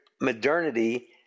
modernity